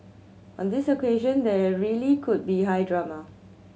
on this occasion there really could be high drama